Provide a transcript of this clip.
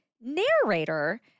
narrator